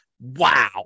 wow